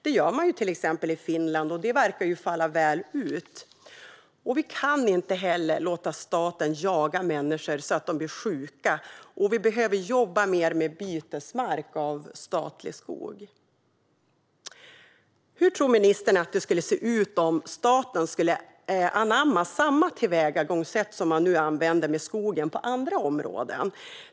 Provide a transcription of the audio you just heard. Detta gör man i till exempel Finland, och det verkar falla väl ut. Vi kan inte heller låta staten jaga människor så att de blir sjuka. Vi behöver jobba mer med bytesmark i statlig skog. Hur tror ministern att det skulle se ut om staten skulle anamma samma tillvägagångssätt som nu används när det gäller skogen på andra områden?